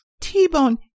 T-Bone